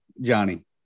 Johnny